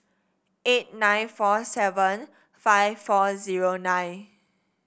eight nine four seven five four zero nine